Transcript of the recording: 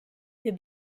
wir